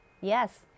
Yes